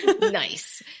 Nice